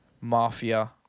Mafia